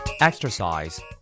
Exercise